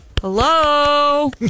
Hello